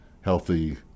healthy